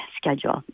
schedule